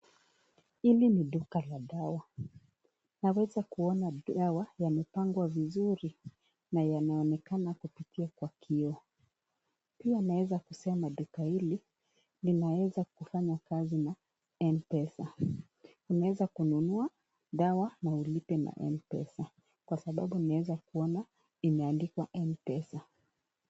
Hili ni duka la dawa. Naweza kuona dawa yamepangua vizuri, na yanaonekana kupitia ka kioo. Pia naweza kusema duka hili, linaweza kufanya kazi na mpesa. Unaweza kununua dawa, na ulipe na mpesa kwa sababu nimeanza kuona imeandikwa mpesa.